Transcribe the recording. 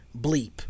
bleep